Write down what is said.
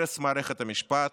הרס מערכת המשפט,